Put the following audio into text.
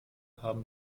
haben